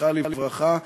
זכרה לברכה,